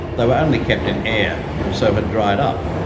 they were only kept in air, and so had dried up,